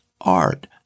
art